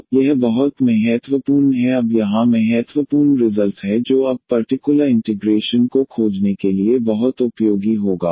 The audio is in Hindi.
तो यह बहुत महत्वपूर्ण है अब यहां महत्वपूर्ण रिजल्ट है जो अब पर्टिकुलर इंटिग्रेशन को खोजने के लिए बहुत उपयोगी होगा